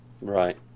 Right